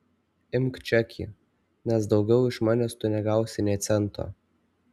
imk čekį nes daugiau iš manęs tu negausi nė cento